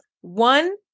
One